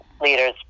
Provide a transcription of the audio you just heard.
leaders